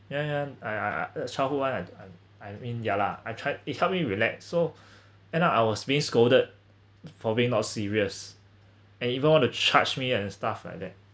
yeah yeah I I I childhood [one] I I I mean ya lah I tried it help me relax so end up I was being scolded for being not serious and even want to charge me and stuff like that